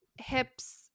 hips